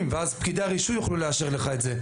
ואז פקידי הרישוי יוכלו לאשר לו את זה,